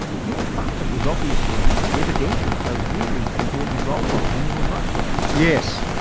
your father was obviously, evidently a really important role model in your life ross? yes.